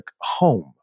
home